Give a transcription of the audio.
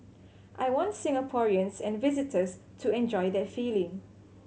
I want Singaporeans and visitors to enjoy that feeling